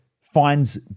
finds